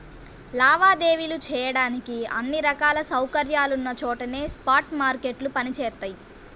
లావాదేవీలు చెయ్యడానికి అన్ని రకాల సౌకర్యాలున్న చోటనే స్పాట్ మార్కెట్లు పనిచేత్తయ్యి